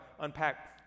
unpack